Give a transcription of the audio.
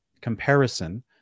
comparison